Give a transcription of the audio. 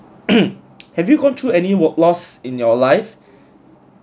have you gone through any work loss in your life